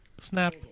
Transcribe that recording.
Snap